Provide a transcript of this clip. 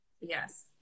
yes